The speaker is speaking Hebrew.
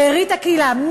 שארית הקהילה,